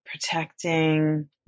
protecting